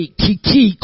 kiki